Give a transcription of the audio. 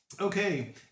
Okay